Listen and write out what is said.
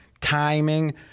Timing